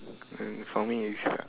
uh for me is lah